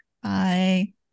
bye